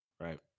Right